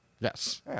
Yes